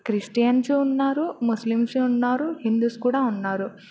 Christians ఉన్నారు Muslims ఉన్నారు Hindus కూడా ఉన్నారు